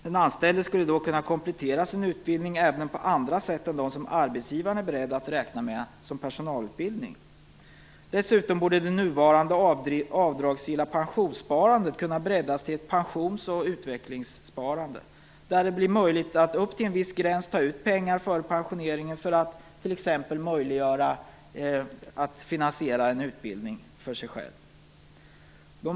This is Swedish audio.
Den anställde skulle då kunna komplettera sin utbildning även på andra sätt än de som arbetsgivaren är beredd att räkna med som personalutbildning. Dessutom borde det nuvarande avdragsgilla pensionssparandet kunna breddas till ett pensions och utvecklingssparande, där det blir möjligt att upp till en viss gräns ta ut pengar före pensioneringen för att t.ex. finansiera en utbildning.